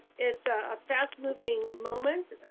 it's a fast-moving moment.